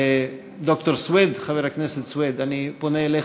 ד"ר סוייד, חבר הכנסת סוייד, אני פונה אליך.